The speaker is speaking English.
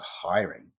hiring